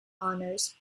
honors